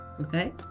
Okay